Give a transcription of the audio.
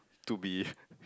to be